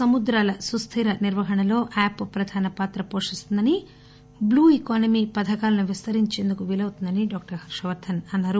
సముద్రాల సుస్థిరమైన నిర్వహణలో యాప్ ప్రధాన పాత్ర పోషిస్తుందని బ్లూ ఎకానమీ పథకాలను విస్తరించేందుకు వీలవుతుందని హర్షవర్దస్ అన్నారు